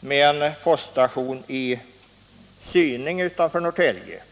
med nedläggning av en poststation i Syninge utanför Norrtälje.